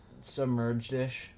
submerged-ish